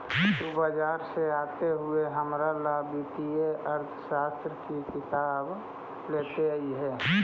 तु बाजार से आते हुए हमारा ला वित्तीय अर्थशास्त्र की किताब लेते अइहे